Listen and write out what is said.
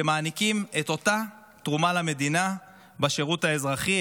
שמעניקים את אותה תרומה למדינה בשירות האזרחי,